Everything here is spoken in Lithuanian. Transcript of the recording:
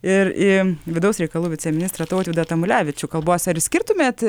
ir į vidaus reikalų viceministrą tautvydą tamulevičių kalbuosi ar išskirtumėt